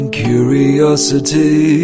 curiosity